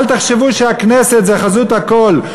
אל תחשבו שהכנסת זה חזות הכול.